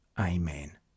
Amen